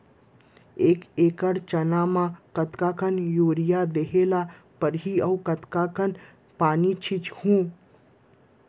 एक एकड़ चना म कतका यूरिया देहे ल परहि अऊ कतका कन पानी छींचहुं?